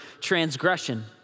transgression